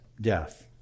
death